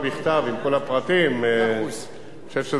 אני חושב שעדיף שנמציא לך תשובה מפורטת בכתב,